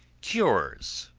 cures.